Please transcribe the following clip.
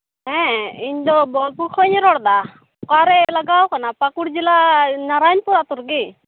ᱦᱮᱸ ᱤᱧ ᱫᱚ ᱵᱳᱞᱯᱩᱨ ᱠᱷᱚᱱᱤᱧ ᱨᱚᱲᱫᱟ ᱚᱠᱟ ᱨᱮ ᱞᱟᱜᱟᱣ ᱠᱟᱱᱟ ᱯᱟᱹᱠᱩᱲ ᱡᱮᱞᱟ ᱱᱟᱨᱟᱭᱚᱱᱯᱩᱨ ᱟᱹᱛᱩ ᱨᱮᱜᱮ